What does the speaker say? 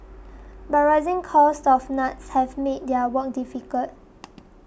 but rising costs of nuts have made their work difficult